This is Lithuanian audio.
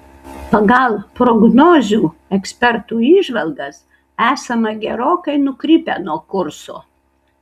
pagal prognozių ekspertų įžvalgas esame gerokai nukrypę nuo kurso